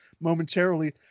momentarily